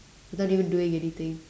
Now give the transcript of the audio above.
without even doing anything